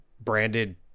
branded